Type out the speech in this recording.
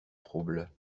trouble